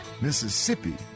Mississippi